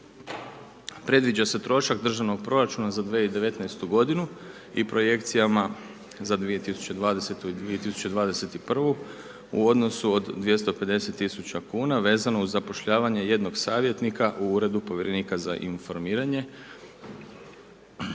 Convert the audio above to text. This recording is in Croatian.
Predviđa se trošak državnog proračuna za 2019. g. i projekcijama za 2020. i 2021. u odnosu od 250 000 kn vezano uz zapošljavanje jednog savjetnika u Uredu povjerenika za informiranje.